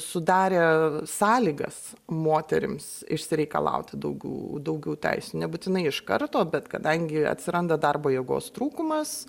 sudarė sąlygas moterims išsireikalauti daugiau daugiau teisių nebūtinai iš karto bet kadangi atsiranda darbo jėgos trūkumas